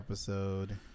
Episode